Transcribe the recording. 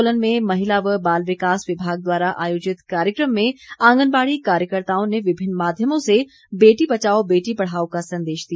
सोलन में महिला व बाल विकास विभाग द्वारा आयोजित कार्यक्रम में आंगनबाड़ी कार्यकर्त्ताओं ने विभिन्न माध्यमों से बेटी बचाओ बेटी पढ़ाओ का संदेश दिया